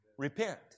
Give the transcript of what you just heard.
repent